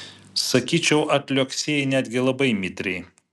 sakyčiau atliuoksėjai netgi labai mitriai